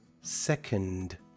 second